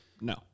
No